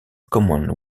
common